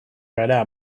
gara